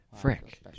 Frick